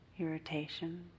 irritation